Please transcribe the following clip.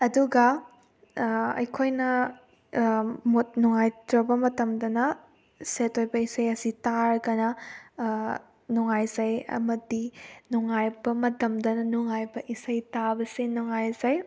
ꯑꯗꯨꯒ ꯑꯩꯈꯣꯏꯅ ꯃꯨꯠ ꯅꯨꯡꯉꯥꯏꯇ꯭ꯔꯕ ꯃꯇꯝꯗꯅ ꯁꯦꯠ ꯑꯣꯏꯕ ꯏꯁꯩ ꯑꯁꯤ ꯇꯥꯔꯒꯅ ꯅꯨꯡꯉꯥꯏꯖꯩ ꯑꯃꯗꯤ ꯅꯨꯡꯉꯥꯏꯕ ꯃꯇꯝꯗꯅ ꯅꯨꯡꯉꯥꯏꯕ ꯏꯁꯩ ꯇꯥꯕꯁꯦ ꯅꯨꯡꯉꯥꯏꯖꯩ